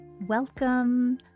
welcome